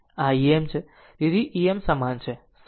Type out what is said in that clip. તેથી Em સમાન છે sin ω t